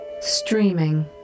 streaming